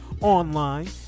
online